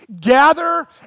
Gather